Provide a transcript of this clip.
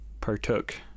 partook